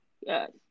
yes